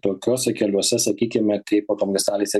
tokiuose keliuose sakykime kaip automagistralėse